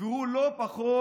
והוא לא פחות